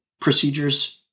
procedures